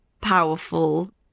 powerful